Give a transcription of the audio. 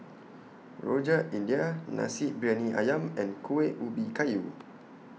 Rojak India Nasi Briyani Ayam and Kuih Ubi Kayu